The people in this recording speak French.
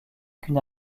qu’une